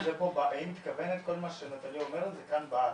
לא, כל מה שנטלי זה כאן בארץ,